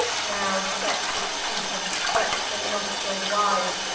now set the teeth, and stretch the nosthrill wide,